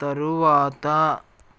తరువాత